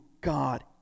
God